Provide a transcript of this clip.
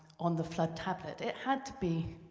on the flood tablet it had to be